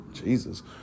jesus